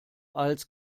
als